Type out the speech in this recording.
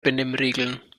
benimmregeln